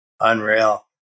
Unreal